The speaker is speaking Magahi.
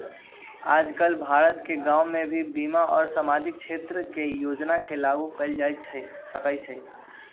आजकल भारत के गांव में भी बीमा और सामाजिक क्षेत्र के योजना के लागू कइल जा रहल हई